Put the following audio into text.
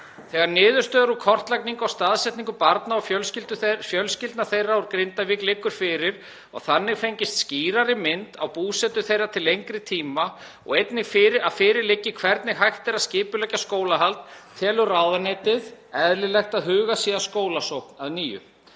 Þegar niðurstöður og kortlagning á staðsetningu barna og fjölskyldna þeirra úr Grindavík liggur fyrir og þannig hefur fengist skýrari mynd af búsetu þeirra til lengri tíma og einnig þegar fyrir liggur hvernig hægt er að skipuleggja skólahald telur ráðuneytið eðlilegt að hugað sé að skólasókn að nýju.